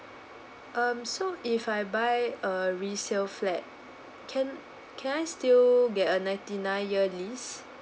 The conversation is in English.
um so if I buy a resale flat can can I still get a ninety nine year lease